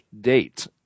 date